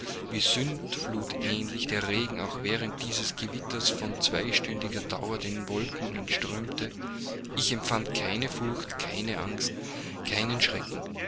wie sündflutähnlich der regen auch während dieses gewitters von zweistündiger dauer den wolken entströmte ich empfand keine furcht keine angst keinen schrecken